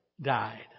died